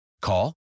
Call